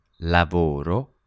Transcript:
lavoro